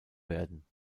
werden